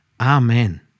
Amen